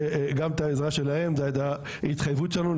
גם את העזרה שלהם זו ההתחייבות שלנו,